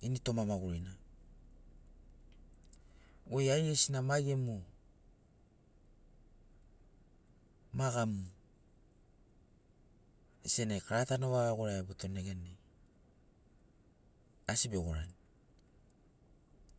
initoma magurina goi aigesina ma gemu ma gamu senagi kara ta novaga goraiai botoni neganai asi begorani.